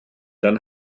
dann